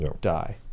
die